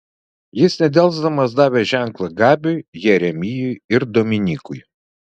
jis nedelsdamas davė ženklą gabiui jeremijui ir dominykui